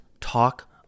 talk